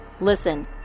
Listen